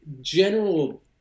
general